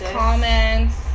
comments